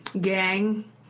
gang